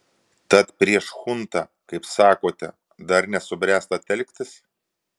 tad prieš chuntą kaip sakote dar nesubręsta telktis